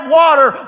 water